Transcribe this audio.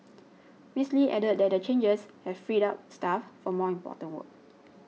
Miss Lee added that the changes have freed up staff for more important work